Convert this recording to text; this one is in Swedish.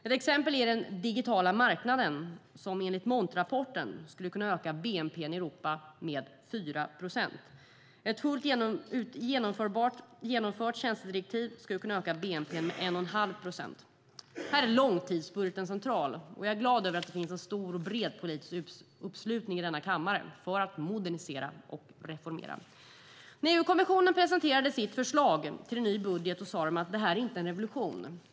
Ett exempel är den digitala marknaden, som enligt Montirapporten skulle kunna öka bnp i Europa med 4 procent. Ett fullt genomfört tjänstedirektiv skulle kunna öka bnp med 1,5 procent. Här är långtidsbudgeten central, och jag är glad över att det finns en stor och bred politisk uppslutning i denna kammare för att modernisera och reformera. När EU-kommissionen presenterade sitt förslag till ny budget sade de att det här inte är en revolution.